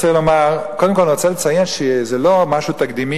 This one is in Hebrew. קודם כול אני רוצה לציין שזה לא משהו תקדימי.